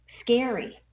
scary